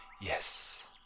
Yes